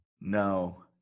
no